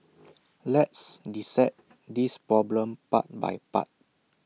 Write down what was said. let's dissect this problem part by part